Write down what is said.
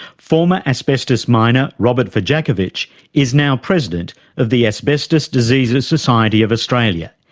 former asbestos miner robert vojakovic is now president of the asbestos diseases society of australia.